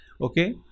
okay